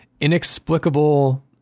inexplicable